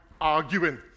arguing